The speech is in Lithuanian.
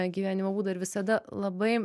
gyvenimo būdą ir visada labai